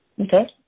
Okay